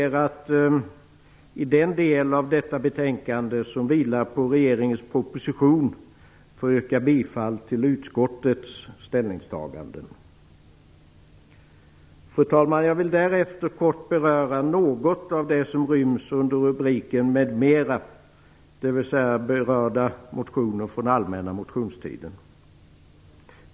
Jag ber att i den del av detta betänkande som vilar på regeringens proposition få yrka bifall till utskottets hemställan. Fru talman! Jag vill därefter kort beröra något av det som ryms under rubrikens "m.m.", dvs. berörda motioner från allmänna motionstiden.